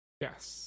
Yes